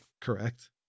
correct